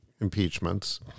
impeachments